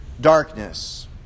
darkness